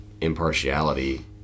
impartiality